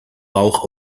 rauch